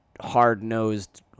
hard-nosed